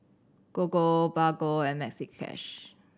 Gogo Bargo and Maxi Cash